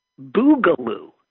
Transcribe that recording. Boogaloo